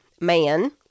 man